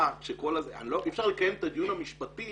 אי אפשר לקיים את הדיון המשפטי